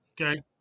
okay